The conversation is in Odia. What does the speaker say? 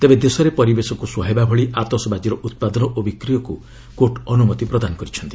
ତେବେ ଦେଶରେ ପରିବେଶକୁ ସୁହାଇବା ଭଳି ଆତସବାଜିର ଉତ୍ପାଦନ ଓ ବିକ୍ରୟକୁ କୋର୍ଟ ଅନୁମତି ପ୍ରଦାନ କରିଛନ୍ତି